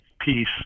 peace